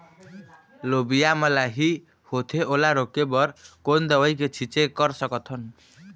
लोबिया मा लाही होथे ओला रोके बर कोन दवई के छीचें कर सकथन?